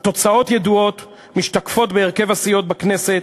התוצאות ידועות, משתקפות בהרכב הסיעות בכנסת,